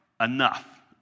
enough